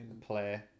Play